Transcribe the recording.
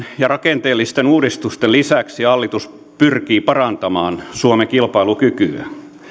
ja rakenteellisten uudistusten lisäksi hallitus pyrkii parantamaan suomen kilpailukykyä